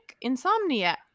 insomnia